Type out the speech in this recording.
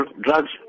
drugs